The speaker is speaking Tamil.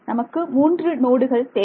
நமக்கு மூன்று நோடுகள் தேவை